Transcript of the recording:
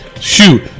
Shoot